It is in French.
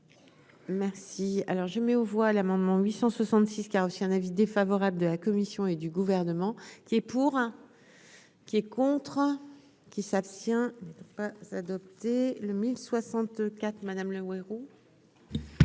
Merci, alors je mets aux voix l'amendement 866 qui a reçu un avis défavorable de la commission et du gouvernement. Qui est pour, qui est contre qui s'abstient, adopté le 1064 madame Laoui